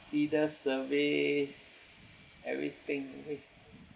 either service everything is